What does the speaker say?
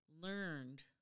learned